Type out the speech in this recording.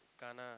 kana